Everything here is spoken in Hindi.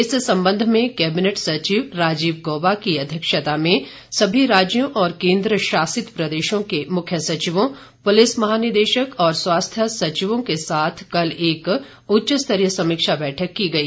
इस सम्बंध में कैबिनेट सचिव राजीव गौबा की अध्यक्षता में सभी राज्यों और केंद्रशासित प्रदेशों के मुख्य सचिवों पुलिस महानिदेशक और स्वास्थ्य सचिवों के साथ कल एक उच्चस्तरीय समीक्षा बैठक की गई